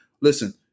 listen